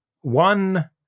one